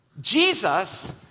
Jesus